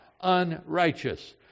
unrighteous